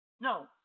No